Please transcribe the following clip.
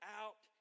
out